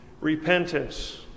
repentance